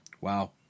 Wow